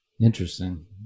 Interesting